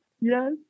yes